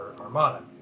Armada